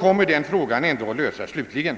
kommer denna fråga ändå till slut att få sin lösning.